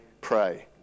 pray